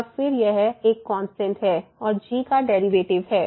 और फिर यह एक कांस्टेंट है और g का डेरिवेटिव है